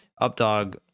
Updog